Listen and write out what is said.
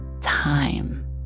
time